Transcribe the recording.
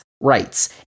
rights